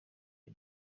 uyu